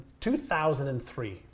2003